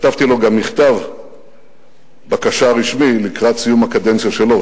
כתבתי לו גם מכתב בקשה רשמי לקראת סיום הקדנציה שלו,